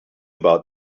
about